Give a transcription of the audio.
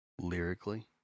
lyrically